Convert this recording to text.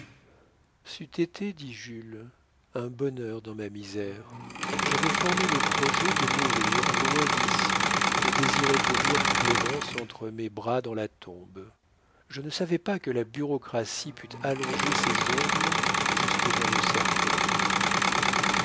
c'eût été dit jules un bonheur dans ma misère j'avais formé le projet de mourir loin d'ici et désirais tenir clémence entre mes bras dans la tombe je ne savais pas que la bureaucratie pût allonger ses ongles jusque dans nos cercueils